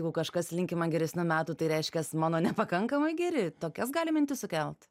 jeigu kažkas linki man geresnių metų tai reiškias mano nepakankamai geri tokias gali mintis sukelt